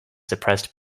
suppressed